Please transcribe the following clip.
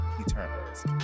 Eternals